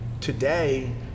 today